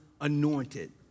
anointed